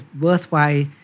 worthwhile